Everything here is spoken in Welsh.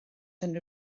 unrhyw